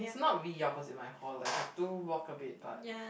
it's not really opposite my hall like I have to walk a bit but